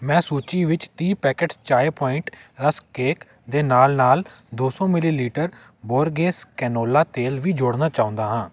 ਮੈਂ ਸੂਚੀ ਵਿੱਚ ਤੀਹ packets Chai Point rusk cake ਦੇ ਨਾਲ ਨਾਲ ਦੋ ਸੌ ਮਿਲੀ ਲੀਟਰ ਬੋਰਗੇਸ ਕੈਨੋਲਾ ਤੇਲ ਵੀ ਜੋੜਨਾ ਚਾਹੁੰਦਾ ਹਾਂ